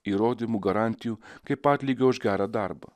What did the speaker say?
įrodymų garantijų kaip atlygio už gerą darbą